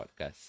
podcast